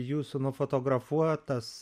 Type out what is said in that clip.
jūsų nufotografuotas